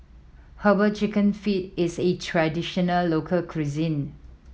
Herbal Chicken Feet is A traditional local cuisine